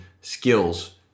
skills